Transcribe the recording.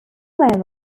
local